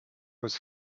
was